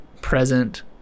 present